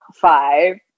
five